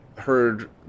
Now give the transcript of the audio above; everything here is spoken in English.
heard